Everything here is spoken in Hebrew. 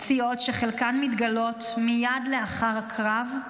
פציעות שחלקן מתגלות מייד לאחר הקרב,